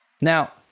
Now